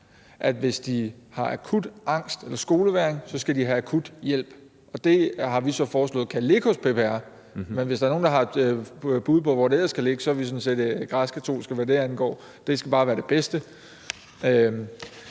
at hvis de har akut angst eller skolevægring, skal de have akut hjælp. Og det har vi så foreslået kan ligge hos PPR, men hvis der er nogen, der har et bud på, hvor det ellers kan ligge, er vi sådan set græskkatolske, hvad det angår. Det skal bare være det bedste.